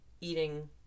eating